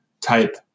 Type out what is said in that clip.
type